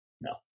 No